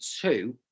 two